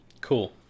Cool